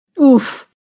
Oof